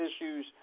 issues